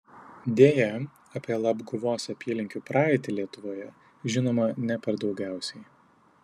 deja apie labguvos apylinkių praeitį lietuvoje žinoma ne per daugiausiai